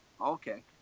Okay